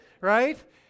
right